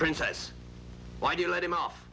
princess why do you let him off